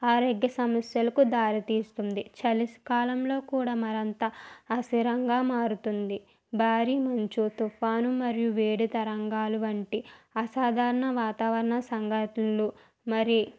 ఆరోగ్య సమస్యలకు దారితీస్తుంది చలి కాలంలో కూడా మరింత అస్థిరంగా మారుతుంది భారీ మంచు తుఫాను మరియు వేడి తరంగాలు వంటి అసాధారణ వాతావరణ సంఘటనలు మరి